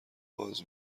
باز